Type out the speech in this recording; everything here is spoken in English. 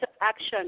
action